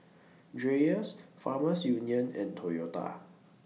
Dreyers Farmers Union and Toyota